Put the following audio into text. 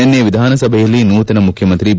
ನಿನ್ನೆ ವಿಧಾನಸಭೆಯಲ್ಲಿ ನೂತನ ಮುಖ್ಯಮಂತ್ರಿ ಬಿ